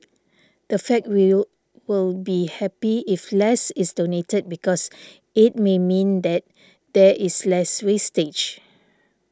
in fact we'll will be happy if less is donated because it may mean that there is less wastage